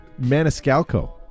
Maniscalco